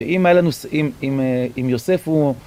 אם היה לנו, אם יוסף הוא...